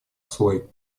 свой